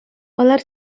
алар